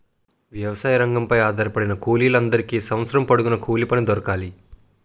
వ్యవసాయ రంగంపై ఆధారపడిన కూలీల అందరికీ సంవత్సరం పొడుగున కూలిపని దొరకాలి